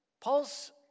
Paul's